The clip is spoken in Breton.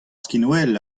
skinwel